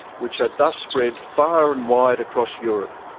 which had thus spread far and wide across europe,